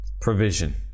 provision